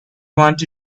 want